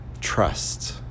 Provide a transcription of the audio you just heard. trust